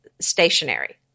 stationary